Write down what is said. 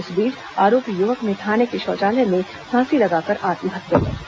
इस बीच आरोपी युवक ने थाने के शौचालय में फांसी लगाकर आत्महत्या कर ली